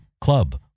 club